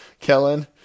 kellen